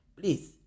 please